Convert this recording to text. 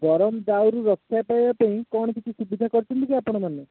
ଗରମ ଦାଉରୁ ରକ୍ଷା ପାଇବା ପାଇଁ କ'ଣ କିଛି ସୁବିଧା କରିଛନ୍ତି କି ଆପଣମାନେ